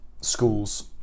schools